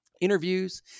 interviews